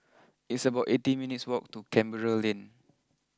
it's about eighteen minutes walk to Canberra Lane